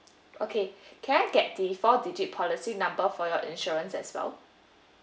okay can I get the four digit policy number for your insurance as well